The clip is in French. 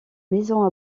maisons